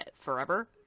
forever